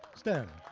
stand.